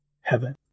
heaven